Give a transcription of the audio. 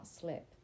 slip